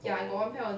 orh